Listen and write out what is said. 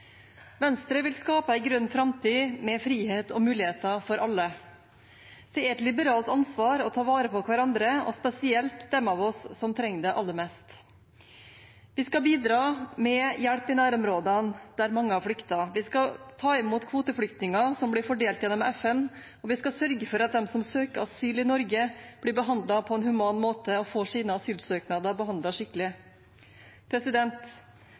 Venstre vil skape en grønn framtid med frihet og muligheter for alle. Det er et liberalt ansvar å ta vare på hverandre, og spesielt dem av oss som trenger det aller mest. Vi skal bidra med hjelp i nærområdene der mange har flyktet, vi skal ta imot kvoteflyktninger som blir fordelt gjennom FN, og vi skal sørge for at de som søker asyl i Norge, blir behandlet på en human måte og får sine asylsøknader behandlet skikkelig.